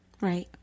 Right